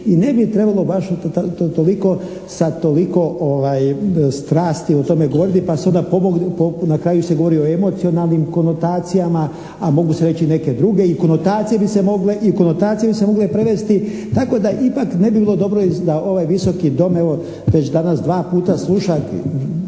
I ne bi trebalo baš toliko sad toliko strasti o tome govoriti pa se onda, na kraju se govori o emocionalnim konotacijama, a mogu se reći neke druge. Ikonotacije bi se mogle i konotacije bi se mogle prevesti. Tako da ipak ne bi bilo dobro da ovaj Visoki dom evo već danas dva puta sluša